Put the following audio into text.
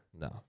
No